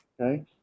okay